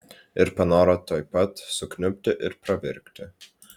ir panoro tuoj pat sukniubti ir pravirkti